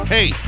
Hey